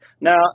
Now